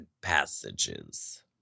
passages